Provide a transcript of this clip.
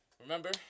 Remember